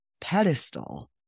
pedestal